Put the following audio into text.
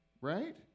right